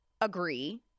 agree